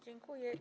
Dziękuję.